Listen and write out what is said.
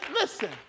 listen